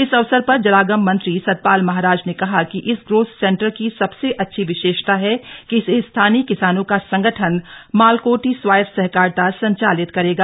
इस अवसर पर जलागम मंत्री सतपाल महाराज ने कहा कि इस ग्रोथ सेंटर की सबसे अच्छी विशेषता है कि इसे स्थानीय किसानों का संगठन मालकोटी स्वायत्त सहकारिता संचालित करेगा